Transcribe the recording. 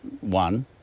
one